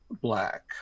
black